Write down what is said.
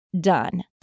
done